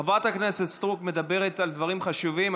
חברת הכנסת סטרוק מדברת על דברים חשובים.